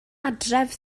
adref